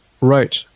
Right